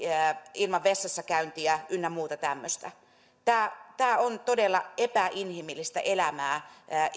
ilman vessassakäyntiä ynnä muuta tämmöistä tämä tämä on todella epäinhimillistä elämää